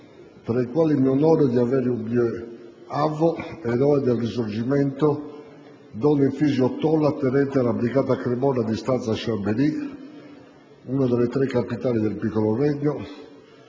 tra i quali mi onoro di avere un mio avo, eroe del Risorgimento, don Efisio Tola, tenente della Brigata Cremona di stanza a Chambery, una delle tre capitali del piccolo Regno,